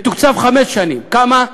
מתוקצב חמש שנים, כמה,